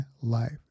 life